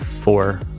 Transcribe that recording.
four